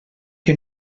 que